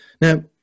now